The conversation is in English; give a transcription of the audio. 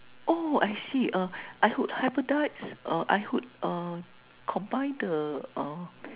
oh I see uh I would hybridise uh I would uh combine the uh